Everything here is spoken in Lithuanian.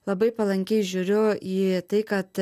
labai palankiai žiūriu į tai kad